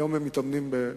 היום הם מתאמנים בחו"ל.